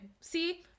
See